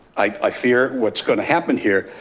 i fear what's gonna happen here.